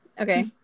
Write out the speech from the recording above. Okay